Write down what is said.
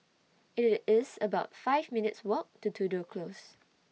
IT IS about five minutes' Walk to Tudor Close